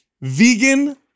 Vegan